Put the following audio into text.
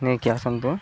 ନେଇକି ଆସନ୍ତୁ